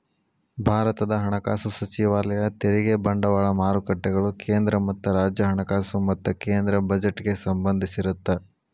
ಭಾರತದ ಹಣಕಾಸು ಸಚಿವಾಲಯ ತೆರಿಗೆ ಬಂಡವಾಳ ಮಾರುಕಟ್ಟೆಗಳು ಕೇಂದ್ರ ಮತ್ತ ರಾಜ್ಯ ಹಣಕಾಸು ಮತ್ತ ಕೇಂದ್ರ ಬಜೆಟ್ಗೆ ಸಂಬಂಧಿಸಿರತ್ತ